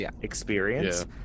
experience